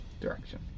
direction